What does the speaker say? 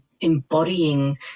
embodying